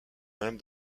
même